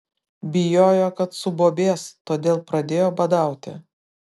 bijojo kad subobės todėl pradėjo badauti